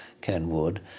Kenwood